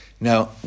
Now